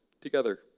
together